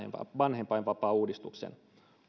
vanhempainvapaauudistuksen